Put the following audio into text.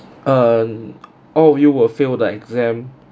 err oh you will fail the exam